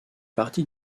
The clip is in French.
partie